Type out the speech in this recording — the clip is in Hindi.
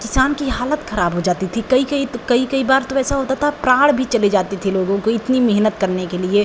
किसान की हालत ख़राब हो जाती थी कई कई तो कई कई बार तो ऐसा होता था प्राण भी चले जाते थे लोगों को इतनी मेहनत करने के लिए